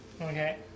Okay